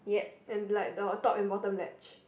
and like the top and bottom latch